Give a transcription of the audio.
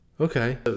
okay